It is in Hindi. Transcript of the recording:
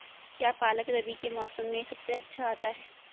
क्या पालक रबी के मौसम में सबसे अच्छा आता है?